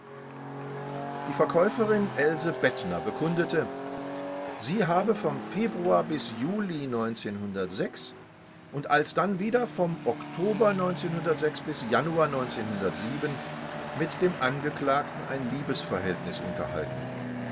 die verkäuferin else bettner bekundete sie habe vom februar bis juli und alsdann wieder vom oktober bis januar mit dem angeklagten ein liebesverhältnis unterhalten